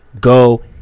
go